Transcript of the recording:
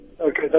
Okay